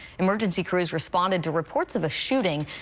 emergency crews responded to reports of a shooting.